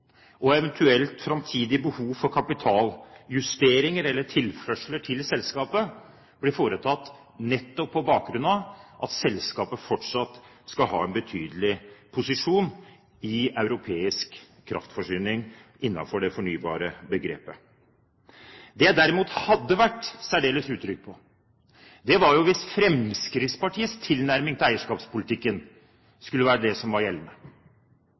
og eventuelt framtidige behov for kapitaljusteringer eller -tilførsler til selskapet, brukes nettopp på bakgrunn av at selskapet fortsatt skal ha en betydelig posisjon i europeisk kraftforsyning, innenfor fornybar-begrepet. Noe som derimot ville ha gjort meg særdeles utrygg, var hvis Fremskrittspartiets tilnærming til eierskapspolitikken skulle være gjeldende. Er det noe som